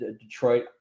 Detroit